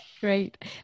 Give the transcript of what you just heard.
Great